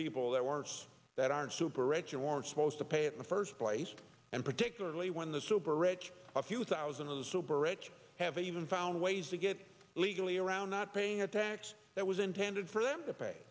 people that wars that aren't super rich your supposed to pay in the first place and particularly when the super rich a few thousand of the super rich have even found ways to get legally around not paying a tax that was intended for them to pay